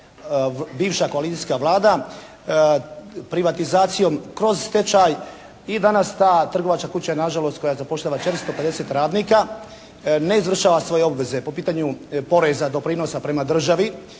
bivša koalicijska Vlada privatizacijom kroz stečaj. I danas ta trgovačka kuća je nažalost koja zapošljava 450 radnika, ne izvršava svoje obveze po pitanju poreza, doprinosa prema državi,